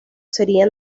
sería